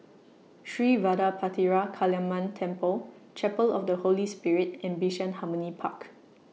Sri Vadapathira Kaliamman Temple Chapel of The Holy Spirit and Bishan Harmony Park